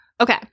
Okay